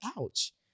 ouch